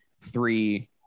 three